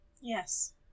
Yes